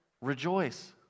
Rejoice